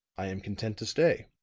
i am content to stay.